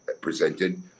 presented